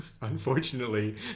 unfortunately